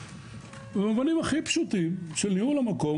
במובנים הכי פשוטים של ניהול המקום,